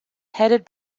headed